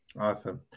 Awesome